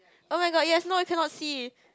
oh my god yes no I cannot see